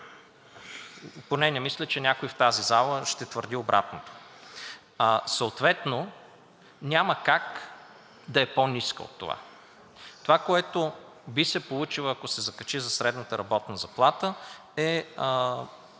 Поне не мисля, че някой в тази зала ще твърди обратното. Съответно няма как да е по-ниска от това. Това, което би се получило, ако се закачи за средната работна заплата, е